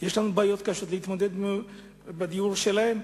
יש לנו בעיות קשות בהתמודדות עם הדיור שלהם.